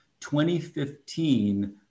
2015